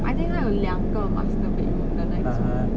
I think 它有两个 master bedroom 的那种